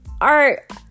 art